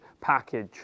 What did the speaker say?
package